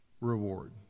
reward